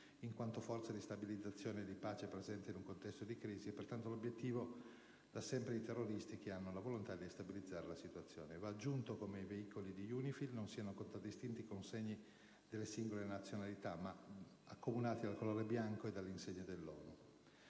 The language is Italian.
in quanto forza di stabilizzazione e di pace presente in un contesto di crisi e, pertanto, obiettivo da sempre di terroristi che hanno la volontà di destabilizzare la situazione. Va aggiunto come i veicoli di UNIFIL non siano contraddistinti con segni delle singole nazionalità, ma accomunati dal colore bianco e dalle insegne dell'ONU.